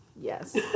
Yes